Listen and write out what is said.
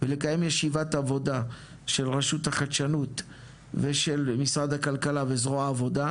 ולקיים ישיבת עבודה של רשות החדשנות ושל משרד הכלכלה וזרוע העבודה,